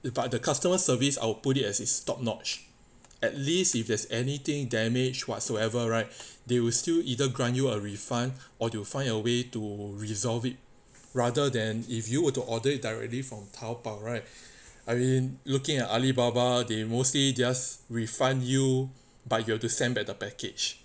but the customer service I'll put it as it's top notch at least if there's anything damage whatsoever right they will still either grant you a refund or you will find a way to resolve it rather than if you were to order directly from 淘宝 right I mean looking at alibaba they mostly just refund you but you have to send back the package